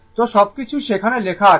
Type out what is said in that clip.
তো সবকিছু সেখানে লেখা আছে